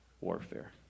warfare